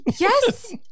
Yes